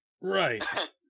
Right